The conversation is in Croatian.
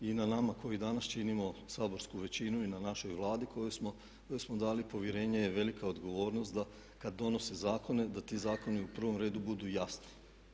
I na nama koji danas činimo Saborsku većinu i na našoj Vladi kojoj smo dali povjerenje je velika odgovornost da kada donose zakone da ti zakoni u prvom redu budu jasni.